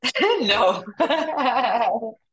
no